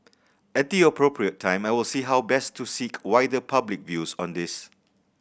at the appropriate time I will see how best to seek wider public views on this